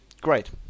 great